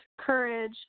courage